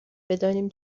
بدانیم